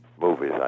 movies